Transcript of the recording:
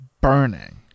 burning